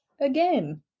again